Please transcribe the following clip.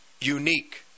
unique